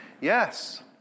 Yes